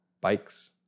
bikes